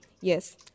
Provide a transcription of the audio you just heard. Yes